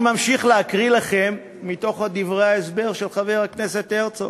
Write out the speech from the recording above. אני ממשיך להקריא לכם מתוך דברי ההסבר של חבר הכנסת הרצוג: